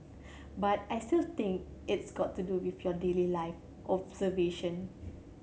but I still think it's got to do with your daily life observation